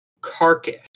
carcass